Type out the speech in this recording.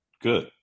good